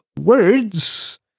words